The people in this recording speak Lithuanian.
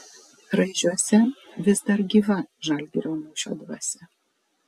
raižiuose vis dar gyva žalgirio mūšio dvasia